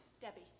debbie